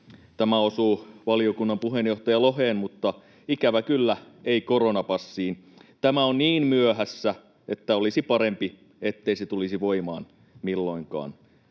Tämä osuu valiokunnan puheenjohtaja Loheen, mutta ikävä kyllä ei koronapassiin. Tämä on niin myöhässä, että olisi parempi, ettei se tulisi voimaan milloinkaan.